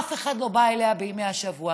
אף אחד לא בא אליה בימי השבוע,